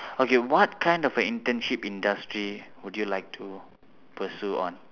okay what kind of an internship industry would you want to pursue on